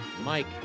Mike